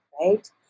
right